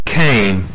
came